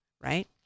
right